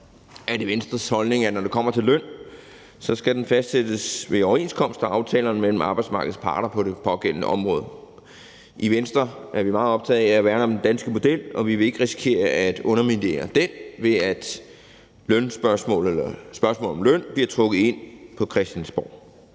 det Venstres holdning, at når det kommer til løn, skal den fastsættes ved overenskomster og aftales mellem arbejdsmarkedets parter på det pågældende område. I Venstre er vi meget optaget af at værne om den danske model, og vi vil ikke risikere at underminere den ved, at spørgsmål om løn bliver trukket ind på Christiansborg.